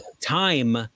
time